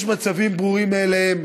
יש מצבים ברורים מאליהם,